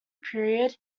period